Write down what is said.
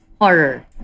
horror